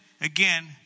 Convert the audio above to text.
again